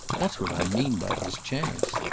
that's what i mean by his chance.